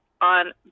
on